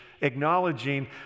acknowledging